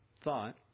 thought